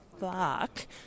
fuck